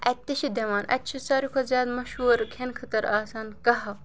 اَتہِ تہِ چھِ دِوان اَتہِ چھِ ساروی کھۄتہٕ زیادٕ مشہوٗر کھیٚنہٕ خٲطرٕ آسان کہوٕ